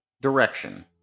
direction